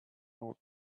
out